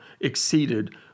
exceeded